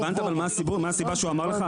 הבנת מה הסיבה שהוא אמר לך,